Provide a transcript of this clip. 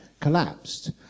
collapsed